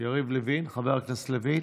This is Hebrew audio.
יריב לוין, חבר הכנסת לוין,